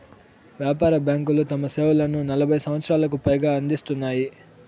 వ్యాపార బ్యాంకులు తమ సేవలను నలభై సంవచ్చరాలకు పైగా అందిత్తున్నాయి